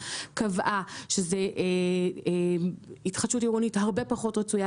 קבעה שזה התחדשות עירונית הרבה פחות רצויה,